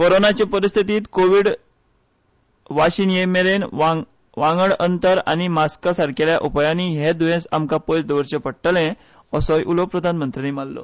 कोरोनाचे परिस्थितींत कोव्हीडरोधक वाशीन येयमेरेन वांगड अंतर आनी मास्कासारखेल्या उपायांनी हें दुर्येस आमकां पयस दवरचें पडटलें असोय उलो प्रधानमंत्र्यांनी माल्लो